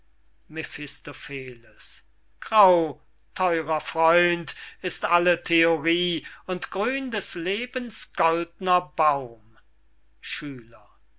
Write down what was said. mephistopheles grau theurer freund ist alle theorie und grün des lebens goldner baum schüler